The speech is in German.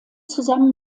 zusammen